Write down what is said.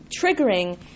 triggering